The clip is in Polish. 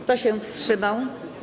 Kto się wstrzymał?